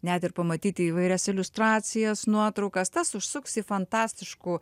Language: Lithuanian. net ir pamatyti įvairias iliustracijas nuotraukas tas užsuks į fantastiškų